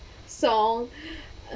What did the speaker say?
song